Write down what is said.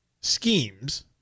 schemes